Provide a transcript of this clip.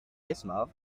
emsav